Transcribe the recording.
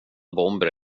bomber